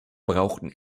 brauchen